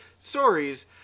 stories